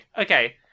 okay